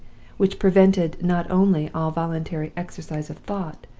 which prevented, not only all voluntary exercise of thought,